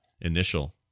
initial